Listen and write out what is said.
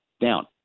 down